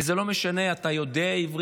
וזה לא משנה אם אתה יודע עברית,